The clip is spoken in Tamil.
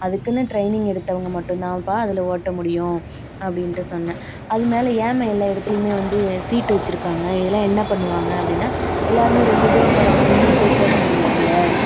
அதுக்குன்னு ட்ரைனிங் எடுத்தவங்க மட்டும் தான்பா அதில் ஓட்ட முடியும் அப்படின்ட்டு சொன்னேன் அது மேலே ஏம்மா எல்லா எடத்திலைமே வந்து சீட்டு வைச்சிருக்காங்க இதெல்லாம் என்ன பண்ணுவாங்க அப்படின்னா எல்லோருமே ரொம்ப தூரம் போகிறவங்க நின்னுகிட்டு போக முடியாது இல்லை